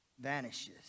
vanishes